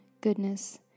goodness